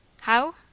How